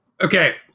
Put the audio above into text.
Okay